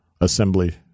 assembly